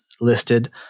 listed